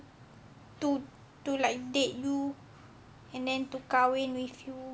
to to like date you and then to kahwin with you